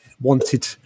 wanted